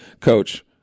coach